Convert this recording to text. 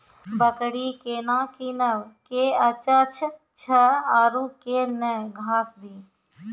बकरी केना कीनब केअचछ छ औरू के न घास दी?